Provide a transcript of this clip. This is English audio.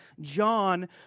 John